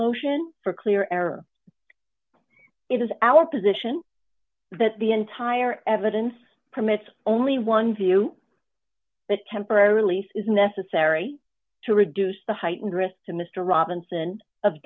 motion for clear error it is our position that the entire evidence permits only one view but temporary relief is necessary to reduce the heightened risk to mr robinson of